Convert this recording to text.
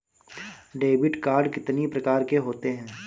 Debit card कितनी प्रकार के होते हैं?